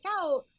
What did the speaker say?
out